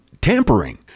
tampering